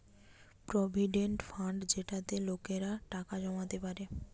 provident fund যেটাতে লোকেরা টাকা জমাতে পারে